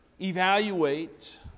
evaluate